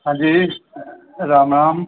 हा जी राम राम